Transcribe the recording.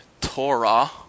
Torah